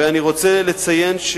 אני רוצה לציין,